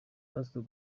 pastor